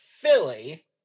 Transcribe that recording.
Philly